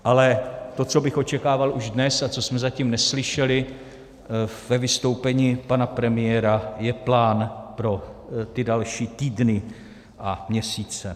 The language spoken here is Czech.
Ale to, co bych očekával už dnes a co jsme zatím neslyšeli ve vystoupení pana premiéra, je plán pro další týdny a měsíce.